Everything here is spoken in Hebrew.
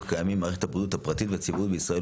הקיימים במערכת הבריאות הפרטית והציבורית בישראל,